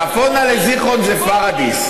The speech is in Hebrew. צפונית לזיכרון זה פוריידיס.